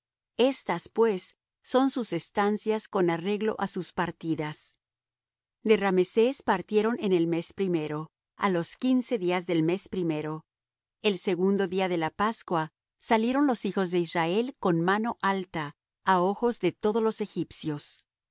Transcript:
estas pues son sus estancias con arreglo á sus partidas de rameses partieron en el mes primero á los quince diás del mes primero el segundo día de la pascua salieron los hijos de israel con mano alta á ojos de todos los egipcios